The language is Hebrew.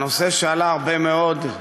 הנושא שעלה הרבה מאוד,